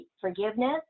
forgiveness